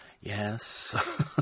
Yes